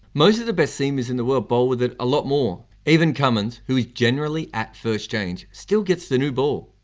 most of the best seamers in the world bowl with it a lot more. even cummins who generally at first change, still gets the new ball.